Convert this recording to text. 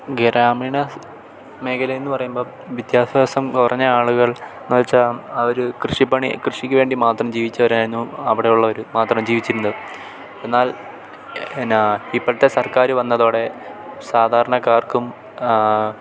ഗ്രാമീണ സ് മേഖലയെന്നു പറയുമ്പം വിദ്യാഭ്യാസം കുറഞ്ഞ ആളുകൾ എന്നു വെച്ചാൽ അവർ കൃഷിപ്പണി കൃഷിക്കു വേണ്ടി മാത്രം ജീവിച്ചവരായിരുന്നു അവിടെ ഉള്ളവർ മാത്രം ജീവിച്ചിരുന്നത് എന്നാൽ എന്നാ ഇപ്പോഴത്തെ സർക്കാർ വന്നതോടെ സാധാരണക്കാർക്കും